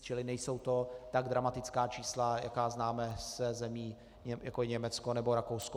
Čili nejsou to tak dramatická čísla, jaká známe ze zemí, jako je Německo nebo Rakousko.